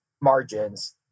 margins